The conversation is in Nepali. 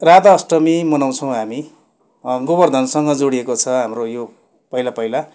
राधा अष्टमी मनाउँछौँ हामी गोबर्धनसँग जोडिएको छ हाम्रो यो पहिला पहिला